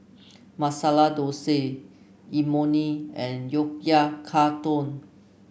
Masala Dosa Imoni and Oyakodon